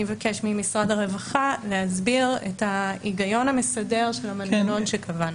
אני אבקש ממשרד הרווחה להסביר את ההיגיון המסדר של המנגנון שקבענו.